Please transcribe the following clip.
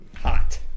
Hot